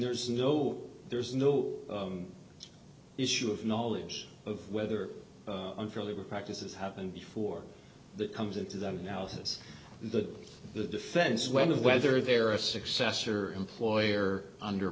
there's no there's no issue of knowledge of whether unfair labor practices happened before that comes into that now has the the defense went of whether there are a successor employer under